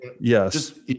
Yes